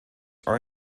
are